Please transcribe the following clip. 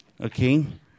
okay